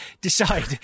decide